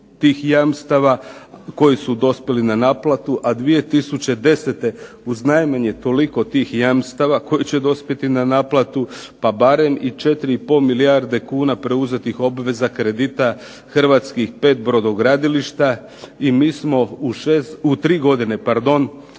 tih jamstava koji su dospjeli na naplatu, a 2010. uz najmanju toliko jamstava koji će doći na naplatu pa barem i 4 i pol milijarde kuna preuzetih kredita Hrvatskih 5 brodogradilišta i mi smo u tri godine samo